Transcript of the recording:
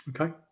Okay